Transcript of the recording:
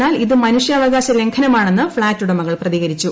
എന്നാൽ ഇത് മനുഷ്യാവകാശ ലംഘനമാണെന്ന് ഫ്ളാറ്റ്ഉടമകൾ പ്രതികരിച്ചു